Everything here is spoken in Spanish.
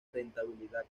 rentabilidad